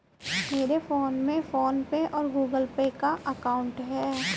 मेरे फोन में PhonePe और गूगल पे का अकाउंट है